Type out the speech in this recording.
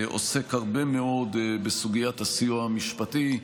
עוסק הרבה מאוד בסוגיית הסיוע המשפטי.